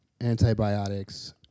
antibiotics